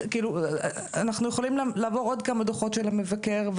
אנחנו יכולים לעבור עוד כמה דוחות של המבקר,